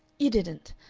you didn't.